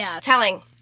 telling